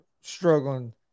struggling